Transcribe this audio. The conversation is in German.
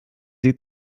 sie